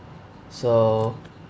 so